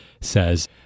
says